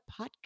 podcast